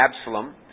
Absalom